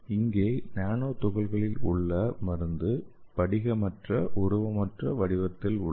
இங்கே நானோ துகள்களில் உள்ள மருந்து படிகமற்ற உருவமற்ற வடிவத்தில் உள்ளது